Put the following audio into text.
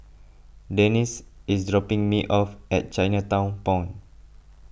Denice is dropping me off at Chinatown Point